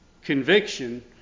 conviction